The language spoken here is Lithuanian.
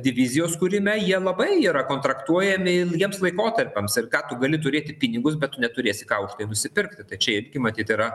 divizijos kūrime jie labai yra kontraktuojami ilgiems laikotarpiams ir ką tu gali turėti pinigus bet tu neturėsi ką už tai nusipirkti tačiau irgi matyt yra